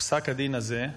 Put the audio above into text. פסק הדין הזה,